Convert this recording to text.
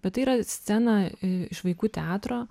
bet tai yra scena i iš vaikų teatro